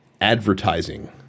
advertising